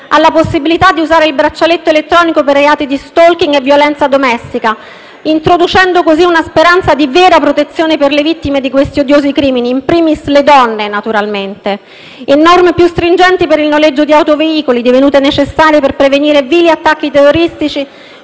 alla possibilità di usare il braccialetto elettronico per i reati di *stalking* e violenza domestica, introducendo così una speranza di vera protezione per le vittime di questi odiosi crimini, *in primis* le donne naturalmente. Vi sono inoltre norme più stringenti per il noleggio di autoveicoli, divenute necessarie per prevenire vili attacchi terroristici,